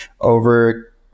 over